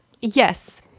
Yes